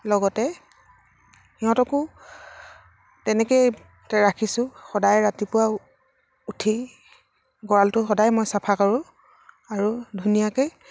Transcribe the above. লগতে সিহঁতকো তেনেকেই ৰাখিছোঁ সদায় ৰাতিপুৱা উঠি গঁৰালটো সদায় মই চাফা কৰোঁ আৰু ধুনীয়াকে